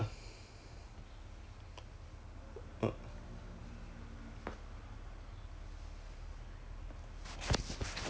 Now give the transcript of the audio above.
ya the cases got drop lah but then I she said that she she didn't want that err she doesn't want that err err fourteen days quarantine thing